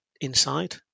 inside